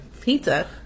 Pizza